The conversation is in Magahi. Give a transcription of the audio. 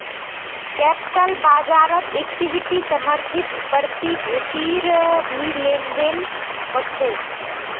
कैप्टल बाज़ारत इक्विटी समर्थित प्रतिभूतिर भी लेन देन ह छे